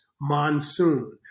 monsoon